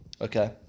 Okay